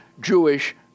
Jewish